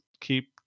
keep